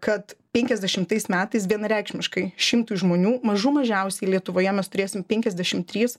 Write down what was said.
kad penkiasdešimtais metais vienareikšmiškai šimtui žmonių mažų mažiausiai lietuvoje mes turėsim penkiasdešim trys